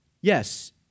Yes